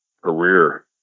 career